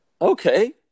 Okay